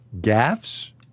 Gaffs